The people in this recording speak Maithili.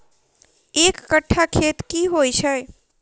एक कट्ठा खेत की होइ छै?